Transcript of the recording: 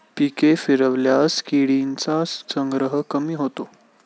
पिके फिरवल्यास किडींचा संग्रह कमी होतो